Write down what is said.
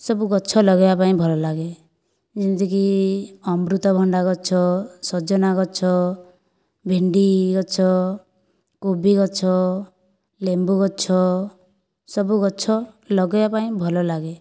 ସବୁ ଗଛ ଲଗେଇବାପାଇଁ ଭଲ ଲାଗେ ଯେମିତି କି ଅମୃତଭଣ୍ଡା ଗଛ ସଜନା ଗଛ ଭେଣ୍ଡି ଗଛ କୋବି ଗଛ ଲେମ୍ବୁ ଗଛ ସବୁ ଗଛ ଲଗେଇବାପାଇଁ ଭଲ ଲାଗେ